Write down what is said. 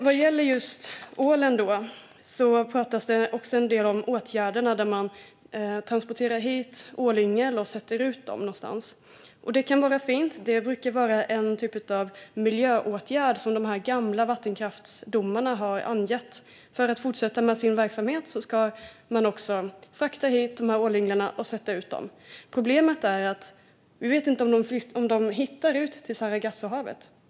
Vad gäller just ålen talas det en del om åtgärderna där man transporterar hit ålyngel och sätter ut dem någonstans. Det kan vara fint. Det brukar vara en typ av miljöåtgärd som de gamla vattenkraftsdomarna har angett. För att få fortsätta med sin kraftverksverksamhet ska man frakta hit ålyngel och sätta ut dem. Problemet är att vi inte vet om de hittar ut till Sargassohavet.